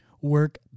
work